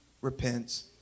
repents